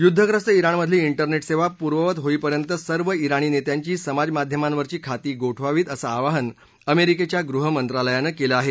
युद्धग्रस्त ज्ञिणमधली उने सेवा पूर्ववत होईपर्यंत सर्व ज्ञिणी नेत्यांची समाजमाध्यमांवरची खाती गोठवावीत असं आवाहन अमेरिकेच्या गृहमंत्रालयानं केलं आहे